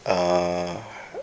err